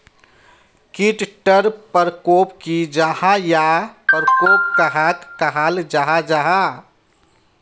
कीट टर परकोप की जाहा या परकोप कहाक कहाल जाहा जाहा?